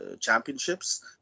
championships